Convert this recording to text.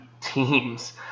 teams